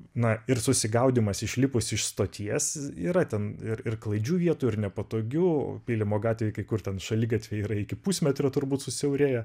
na ir susigaudymas išlipus iš stoties yra ten ir ir klaidžių vietų ir nepatogių pylimo gatvėj kai kur ten šaligatviai yra iki pusmetrio turbūt susiaurėja